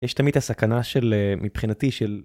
יש תמיד הסכנה של מבחינתי של